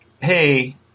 hey